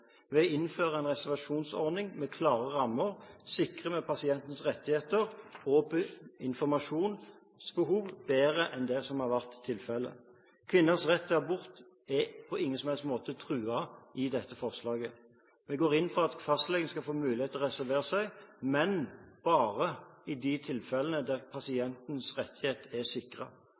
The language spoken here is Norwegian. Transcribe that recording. å innføre en reservasjonsordning med klare rammer sikrer vi pasientenes rettigheter og informasjonsbehov bedre enn det som har vært tilfellet. Kvinners rett til abort er på ingen som helst måte truet i dette forslaget. Vi går inn for at fastlegene skal få mulighet til å reservere seg, men bare i de tilfellene der pasientens rettigheter er